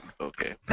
okay